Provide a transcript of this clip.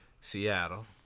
Seattle